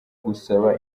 gusaba